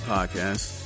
Podcast